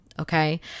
okay